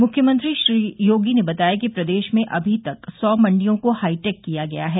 मुख्यमंत्री श्री योगी ने बताया कि प्रदेश में अभी तक सौ मंडियो को हाईटेक किया गया है